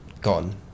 gone